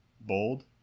bold